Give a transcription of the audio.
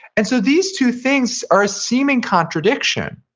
and so these two things are a seeming contradiction.